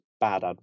bad